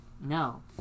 no